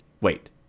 wait